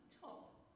top